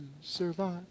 survive